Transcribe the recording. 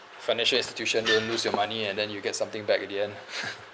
financial institution won't lose your money and then you get something back again in the end